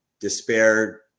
despair